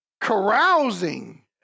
Carousing